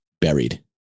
buried